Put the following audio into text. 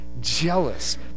jealous